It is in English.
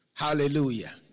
Hallelujah